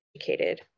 educated